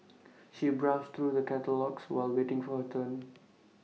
she browsed through the catalogues while waiting for her turn